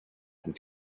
and